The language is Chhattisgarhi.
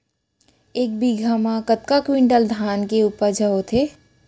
एक बीघा म कतका क्विंटल धान के उपज ह होथे?